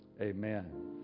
amen